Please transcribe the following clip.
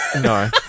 no